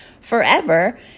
forever